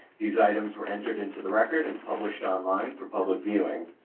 these items were entered into the record and published online for public viewing.